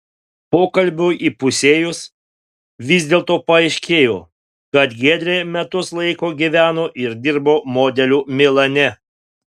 pokalbiui įpusėjus vis dėlto paaiškėjo kad giedrė metus laiko gyveno ir dirbo modeliu milane